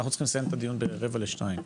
אנחנו צריכים לסיים את הדיון ברבע לשתיים.